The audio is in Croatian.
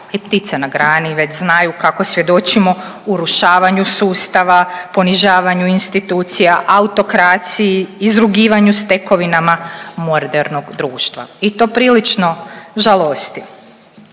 I ptice na grani već znaju kako svjedočimo urušavanju sustava, ponižavanju institucija, autokraciji, izrugivanju stekovinama modernog društva i to prilično žalosti.